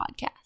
Podcast